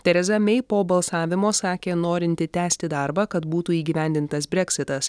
tereza mei po balsavimo sakė norinti tęsti darbą kad būtų įgyvendintas breksitas